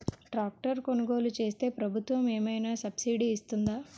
Tractor కొనుగోలు చేస్తే ప్రభుత్వం ఏమైనా సబ్సిడీ ఇస్తుందా?